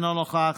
אינו נוכח,